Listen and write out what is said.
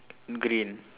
green